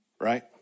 right